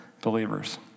believers